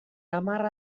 hamar